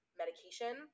medication